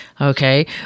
Okay